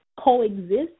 coexist